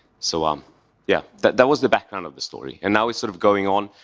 so, um yeah, that that was the background of the story. and now we're sort of going on.